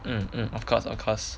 um um of course of course